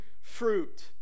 fruit